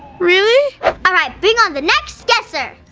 really? all right bring on the next guesser.